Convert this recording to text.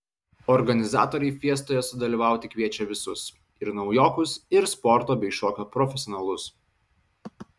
organizatoriai fiestoje sudalyvauti kviečia visus ir naujokus ir sporto bei šokio profesionalus